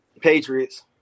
Patriots